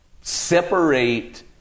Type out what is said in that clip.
separate